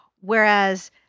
Whereas